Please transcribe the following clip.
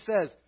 says